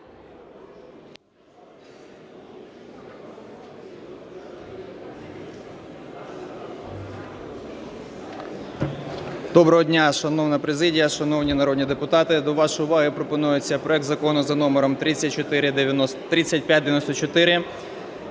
Доброго дня, шановна президія! Шановні народні депутати, до вашої уваги пропонується проект Закону (за номер 3594)